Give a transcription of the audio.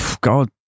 God